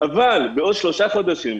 אבל בעוד שלושה חודשים,